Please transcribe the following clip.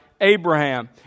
Abraham